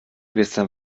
gestern